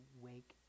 wake